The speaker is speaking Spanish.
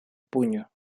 puño